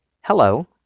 hello